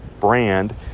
brand